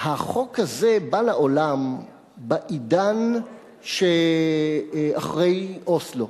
החוק הזה בא לעולם בעידן שאחרי אוסלו,